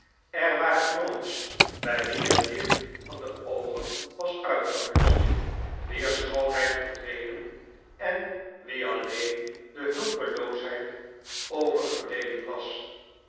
er waren jongens bij wie het licht van de oogen was uitgebluscht wier schoonheid verdwenen en wien alleen de hulpeloosheid o verge bleven was